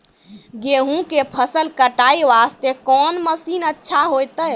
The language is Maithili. गेहूँ के फसल कटाई वास्ते कोंन मसीन अच्छा होइतै?